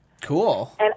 Cool